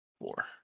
four